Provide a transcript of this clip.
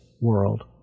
world